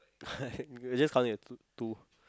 can just count it as two two